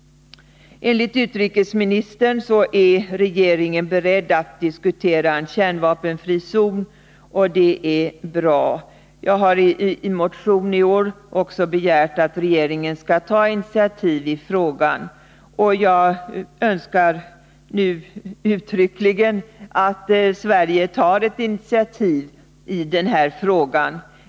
Enligt utrikesministern är regeringen beredd att diskutera en kärnvapenfri zon. Det är bra. Jag har i en motion i år också begärt att regeringen skall ta initiativ i frågan. Jag uttrycker nu önskemålet att Sverige tar ett initiativ i den här frågan.